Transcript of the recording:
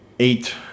Eight